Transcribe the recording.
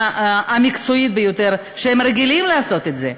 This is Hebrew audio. המקצועית ביותר שהם רגילים לעשות את זה.